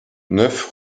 neuf